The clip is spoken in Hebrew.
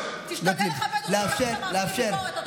תשתדל לכבד אותי גם כשאתה מעביר ביקורת,